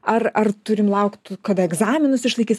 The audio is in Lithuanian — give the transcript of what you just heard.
ar ar turim laukt kad egzaminus išlaikys